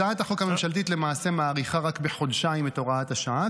הצעת החוק הממשלתית למעשה מאריכה רק בחודשיים את הוראת השעה,